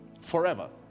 forever